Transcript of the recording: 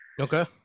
Okay